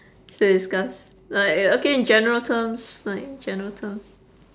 say discuss like uh okay in general terms like general terms